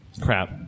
crap